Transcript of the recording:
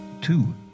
two